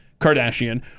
Kardashian